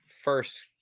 first